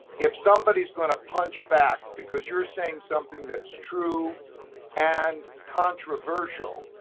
if somebody's going to punch back because you're saying something that's true and controversial,